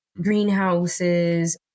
greenhouses